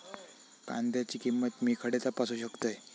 कांद्याची किंमत मी खडे तपासू शकतय?